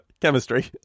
chemistry